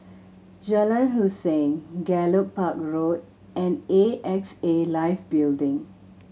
Jalan Hussein Gallop Park Road and A X A Life Building